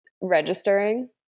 registering